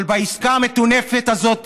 אבל העסקה המטונפת הזאת,